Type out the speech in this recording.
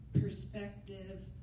perspective